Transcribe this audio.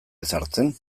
ezartzen